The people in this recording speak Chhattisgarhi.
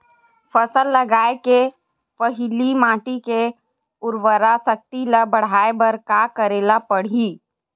फसल लगाय के पहिली माटी के उरवरा शक्ति ल बढ़ाय बर का करेला पढ़ही?